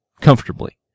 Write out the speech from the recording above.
comfortably